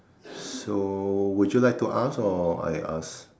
so would you like to ask or I ask